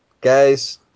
guys